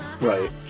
Right